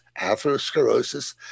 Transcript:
atherosclerosis